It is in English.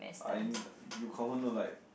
I in the you confirm don't like